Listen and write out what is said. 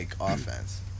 offense